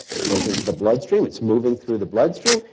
it goes into the bloodstream. it's moving through the bloodstream.